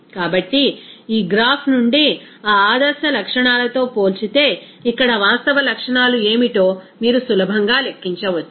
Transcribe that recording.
కాబట్టి ఈ గ్రాఫ్ నుండి ఆ ఆదర్శ లక్షణాలతో పోల్చితే ఇక్కడ వాస్తవ లక్షణాలు ఏమిటో మీరు సులభంగా లెక్కించవచ్చు